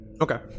okay